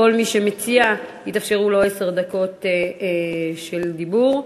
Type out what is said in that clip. לכל מציע יתאפשרו עשר דקות של דיבור.